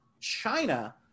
China